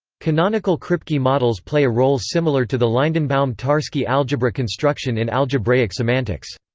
canonical kripke models play a role similar to the lindenbaum-tarski algebra construction in algebraic semantics.